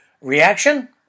Reaction